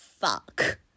fuck